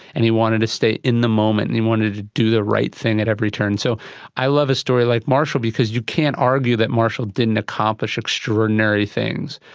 and he wanted to stay in the moment and he wanted to do the right thing at every turn. so i love a story like marshall because you can't argue that marshall didn't accomplish extraordinary things.